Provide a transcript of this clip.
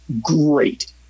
great